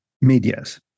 medias